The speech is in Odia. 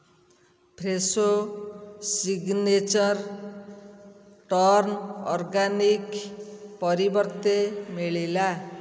ଫ୍ରେଶୋ ସିଗ୍ନେଚର୍ ଟର୍ନ୍ ଅର୍ଗାନିକ୍ ପରିବର୍ତ୍ତେ ମିଳିଲା